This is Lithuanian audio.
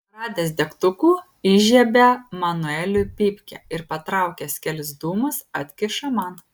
radęs degtukų įžiebia manueliui pypkę ir patraukęs kelis dūmus atkiša man